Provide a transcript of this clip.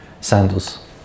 sandals